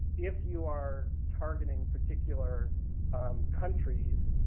if you are targeting particular countries,